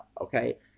okay